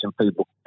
people